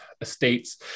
estates